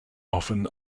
often